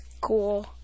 cool